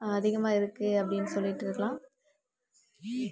அதிகமாக இருக்கு அப்படின்னு சொல்லிவிட்டு இருக்கலாம்